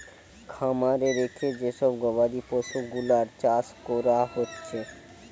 খামারে রেখে যে সব গবাদি পশুগুলার চাষ কোরা হচ্ছে